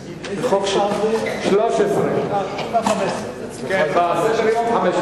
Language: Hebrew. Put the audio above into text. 13. בסדר-היום,